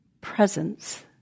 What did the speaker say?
presence